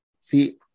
See